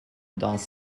dans